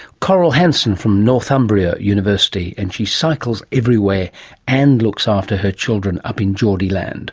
coral hanson from northumbria university, and she cycles everywhere, and looks after her children up in geordieland